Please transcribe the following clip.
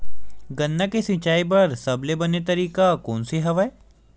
गन्ना के सिंचाई बर सबले बने तरीका कोन से हवय?